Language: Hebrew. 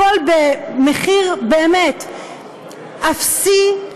הכול במחיר באמת אפסי,